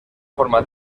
forma